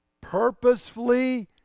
purposefully